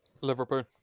Liverpool